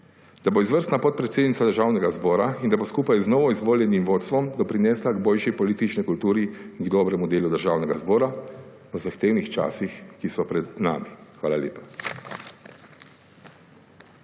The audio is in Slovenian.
da bo izvrstna podpredsednica Državnega zbora in da bo skupaj z novoizvoljenim vodstvom doprinesla k boljši politični kulturi in k dobremu delu Državnega zbora v zahtevnih časih, ki so pred nami. Hvala lepa.